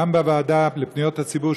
גם בוועדה לפניות הציבור,